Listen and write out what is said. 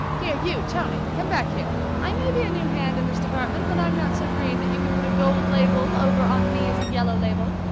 here you, tony! come back here! i may be a new hand in this department but i'm not so green that you can put a gold label over on me as a yellow label.